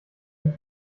mit